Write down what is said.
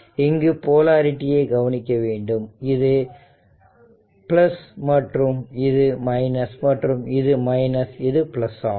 இங்கே போலரிடி யை கவனிக்க வேண்டும் இது மற்றும் இது மற்றும் இது இது ஆகும்